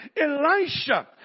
Elisha